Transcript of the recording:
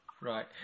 Right